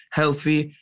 healthy